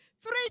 three